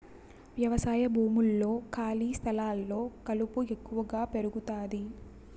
వ్యవసాయ భూముల్లో, ఖాళీ స్థలాల్లో కలుపు ఎక్కువగా పెరుగుతాది